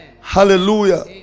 Hallelujah